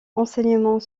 enseignement